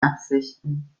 absichten